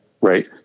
right